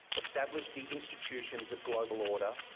established the institutions of global order,